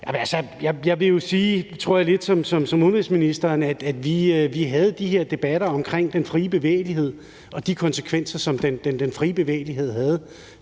Jeg vil jo sige, lidt ligesom udenrigsministeren, at vi havde de her debatter omkring den frie bevægelighed og de konsekvenser, som den frie bevægelighed havde,